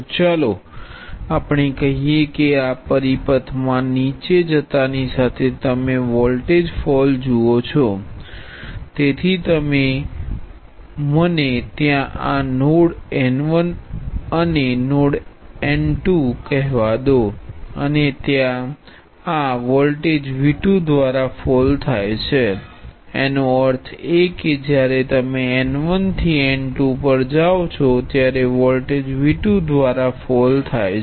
તો ચાલો આપણે કહીએ કે આ પરીપથ મા નીચે જતાની સાથે તમે વોલ્ટેજ ફોલ જુઓ છો તેથી તમે મને ત્યા આ નોડ n1 અને નોડ n2 કહેવા દો અને ત્યા આગ વોલ્ટેજ V2 દ્વારા ફોલ થાય છે એનો અર્થ એ કે જયારે તમે n1 થી n2 પર જાઓ છો ત્યારે વોલ્ટેજ V2 દ્વારા ફોલ થાય છે